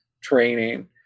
training